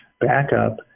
backup